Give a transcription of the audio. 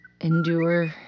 endure